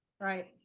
right